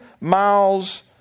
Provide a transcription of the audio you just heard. miles